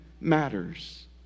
matters